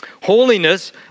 Holiness